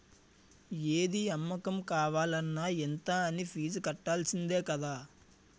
ఏది అమ్మకం కావాలన్న ఇంత అనీ ఫీజు కట్టాల్సిందే కదా